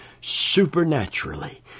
supernaturally